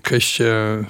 kas čia